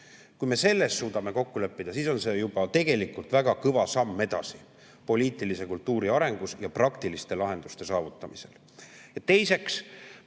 Kui me selles suudame kokku leppida, siis on see tegelikult juba väga kõva samm edasi poliitilise kultuuri arengus ja praktiliste lahenduste saavutamisel. Teiseks,